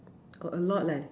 got a lot leh